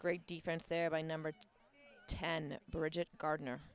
great defense there by number ten bridget gardner